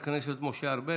חבר הכנסת משה ארבל,